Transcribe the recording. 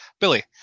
Billy